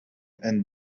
and